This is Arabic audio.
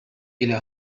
إلى